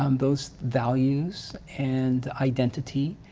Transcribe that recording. um those values, and identity,